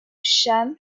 cham